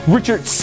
Richard